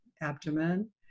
abdomen